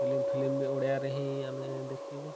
film film ବି ଓଡ଼ିଆରେ ହିଁ ଆମେ ଦେଖିବୁ